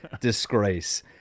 disgrace